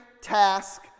task